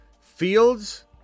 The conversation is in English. Fields